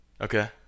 Okay